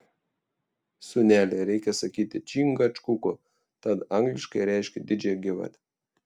sūneli reikia sakyti čingačguko tat angliškai reiškia didžiąją gyvatę